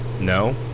No